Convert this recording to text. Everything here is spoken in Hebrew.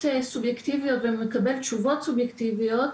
סובייקטיביות ומקבל תשובות סובייקטיביות,